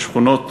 בשכונות